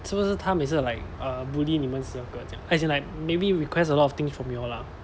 是不是他们每次 like uh bully 你们十二个这样 as in like maybe request a lot of things from your lah